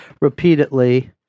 repeatedly